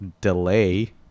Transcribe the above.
delay